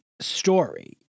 story